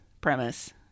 premise